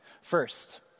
First